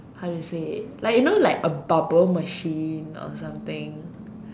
how do you say like you know like a bubble machine or something